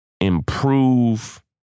improve